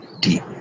deep